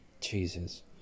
Jesus